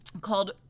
Called